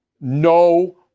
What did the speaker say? no